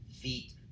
feet